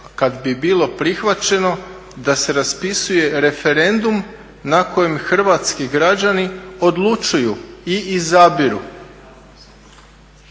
kada bi bilo prihvaćeno da se raspisuje referendum na kojem hrvatski građani odlučuju i izabiru.